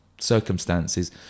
circumstances